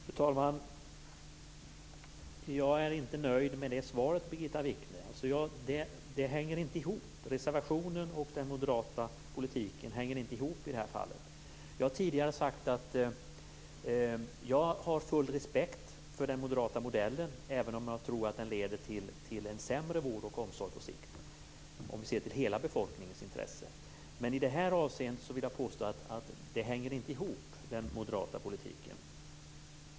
Fru talman! Jag är inte nöjd med svaret, Birgitta Wichne. Reservationen och den moderata politiken hänger inte ihop i det här fallet. Jag har tidigare sagt att jag har full respekt för den moderata modellen, även om jag tror att den på sikt leder till en sämre vård och omsorg, om vi ser till hela folket intresse. Men i det här avseendet vill jag påstå att den moderata politiken inte hänger ihop.